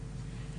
שלו.